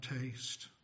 taste